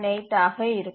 78 ஆக இருக்கும்